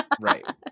right